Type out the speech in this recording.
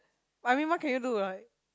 I mean what can you do like